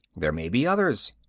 there may be others.